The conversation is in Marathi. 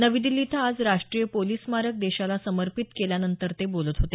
नवी दिल्ली इथं आज राष्ट्रीय पोलिस स्मारक देशाला समर्पित केल्यानंतर ते बोलत होते